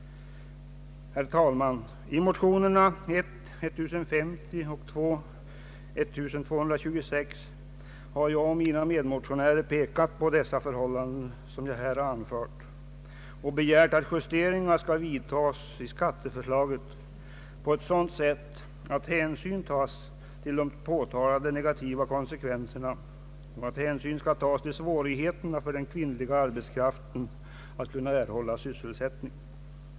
Herr talman! I motionerna I:1050 och II: 1226 har jag och mina medmotionärer pekat på de förhållanden som jag här har anfört. Vi har begärt att justeringar skall vidtagas i skatteförslaget på sådant sätt, att hänsyn tages till påtalade negativa konsekvenser och till svårigheterna för den kvinnliga arbetskraften att erhålla sysselsättning.